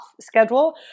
schedule